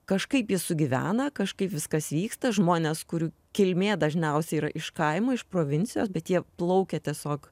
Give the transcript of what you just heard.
kažkaip ji sugyvena kažkaip viskas vyksta žmonės kurių kilmė dažniausiai yra iš kaimo iš provincijos bet jie plaukia tiesiog